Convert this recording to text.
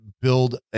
build